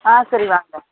ஆ சரி வாங்க